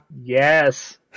Yes